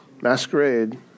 masquerade